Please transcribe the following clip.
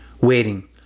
waiting